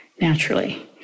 naturally